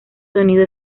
sonido